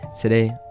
today